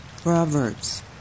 Proverbs